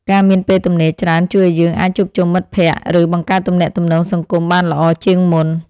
ការមានពេលទំនេរច្រើនជួយឱ្យយើងអាចជួបជុំមិត្តភក្តិ ឬបង្កើតទំនាក់ទំនងសង្គមបានល្អជាងមុន។